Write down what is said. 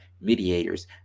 mediators